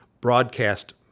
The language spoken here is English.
broadcast